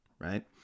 right